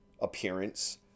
appearance